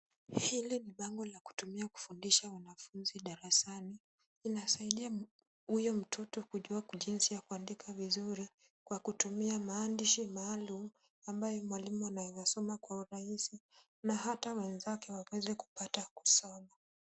Hili ni bango la kutumia kufundisha wanafunzi darasani. Inasaidia huyo mtoto kujua jinsi ya kuandika vizuri kwa kutumia maandishi maalum ambayo mwalimu anaweza soma kwa urahisi na hata wenzake waweze kupata kusoma.